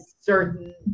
certain